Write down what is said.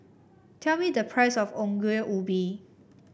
tell me the price of Ongol Ubi